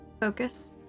Focus